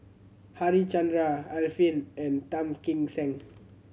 Harichandra Arifin and Tan Kim Seng